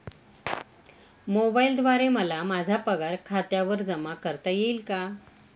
मोबाईलद्वारे मला माझा पगार खात्यावर जमा करता येईल का?